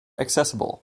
accessible